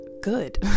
good